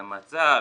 זה מ.צ.ב.,